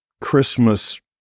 Christmas